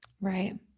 Right